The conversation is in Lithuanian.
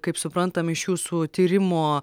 kaip suprantame iš jūsų tyrimo